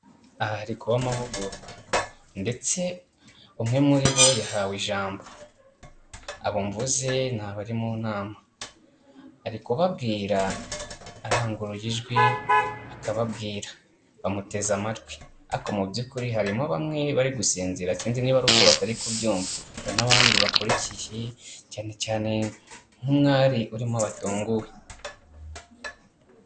Ahari hari kuba amahugurwa, ndetse umwe muri bo yahawe ijambo, abo mvuze ni abari mu nama, ari kubabwira aranguruye ijwi akababwira, bamuteze amatwi, ariko mu by'ukuri harimo bamwe bari gusinzira, sinzi niba ari uko batari kubyumva, hari n'abandi bakurikiye, cyane cyane nk'umwari urimo watunguwe.